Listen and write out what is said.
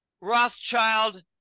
rothschild